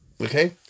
Okay